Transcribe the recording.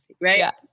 Right